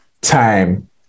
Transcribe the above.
time